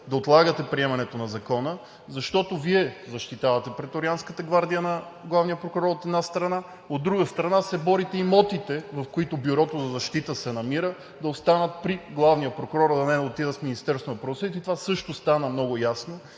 на Комисията приемането на Закона, защото Вие защитавате преторианската гвардия на главния прокурор, от една страна, от друга страна, се борите имотите, в които Бюрото за защита се намира, да останат при главния прокурор, а да не отидат в Министерството на правосъдието. Това също стана много ясно